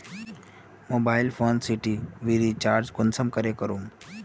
Mobile phone से TV recharge कुंसम करे करूम?